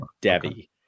Debbie